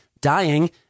dying